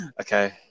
Okay